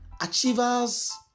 Achievers